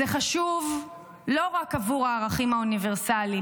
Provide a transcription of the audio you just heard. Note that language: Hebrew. זה חשוב לא רק בעבור הערכים האוניברסליים,